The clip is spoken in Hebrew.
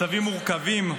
מצבים מורכבים,